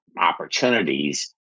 opportunities